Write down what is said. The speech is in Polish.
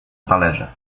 talerze